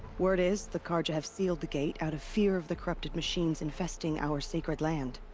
word is. the carja have sealed the gate out of fear of the corrupted machines infesting our sacred land.